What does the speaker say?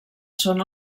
són